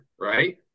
Right